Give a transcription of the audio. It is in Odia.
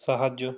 ସାହାଯ୍ୟ